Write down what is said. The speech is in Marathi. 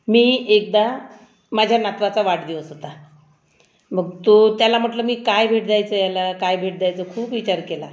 मी एकदा माझ्या नातवाचा वाढदिवस होता मग तो त्याला म्हटलं मी काय भेट द्यायचं याला काय भेट द्यायचं खूप विचार केला